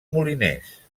moliners